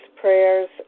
prayers